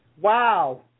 Wow